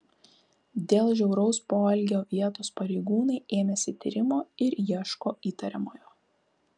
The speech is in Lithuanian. dėl žiauraus poelgio vietos pareigūnai ėmėsi tyrimo ir ieško įtariamojo